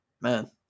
man